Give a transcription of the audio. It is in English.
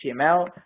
HTML